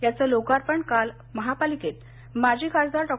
याचं लोकार्पण काल महापालिकेत माजी खासदार डॉ